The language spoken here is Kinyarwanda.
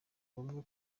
ngombwa